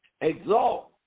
exalt